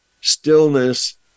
stillness